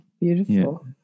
Beautiful